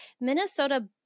Minnesota